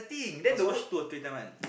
must wash two or three time one